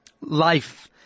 life